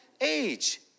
age